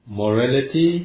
morality